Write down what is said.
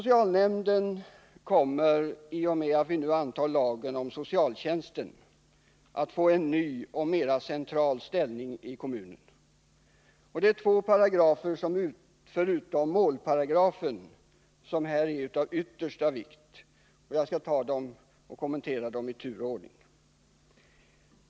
I och med att vi nu antar lagen om socialtjänst kommer socialnämnden att få en ny och mer central ställning i kommunen. Förutom målparagrafen är två paragrafer av yttersta vikt. Jag skall kommentera dem i tur och ordning.